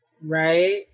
Right